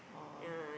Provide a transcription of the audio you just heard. oh